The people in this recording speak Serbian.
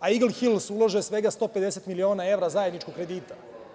a „Igl hils“ ulaže svega 150 miliona evra zajedničkog kredita?